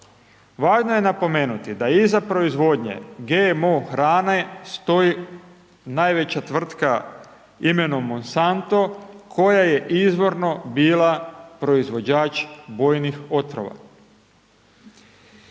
Važno je napomenuti da je iza proizvodnje, GMO hrane stoji najveća tvrtka imenom Monsatno, koja je izvorno bila proizvođač bojnih otrova.